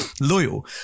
loyal